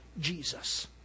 Jesus